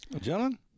Gentlemen